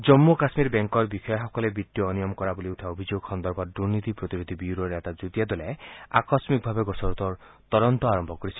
জম্মু কাশ্মীৰ বেংকৰ বিষয়াসকলে বিতীয় অনিয়ম কৰা বুলি উঠা অভিযোগ সন্দৰ্ভত দুনীতি প্ৰতিৰোধী ব্যুৰৰ এটা যুটীয়া দলে আকস্মিকভাৱে গোচৰটোৰ তদন্ত আৰম্ভ কৰিছিল